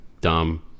dumb